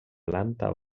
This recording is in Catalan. planta